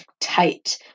tight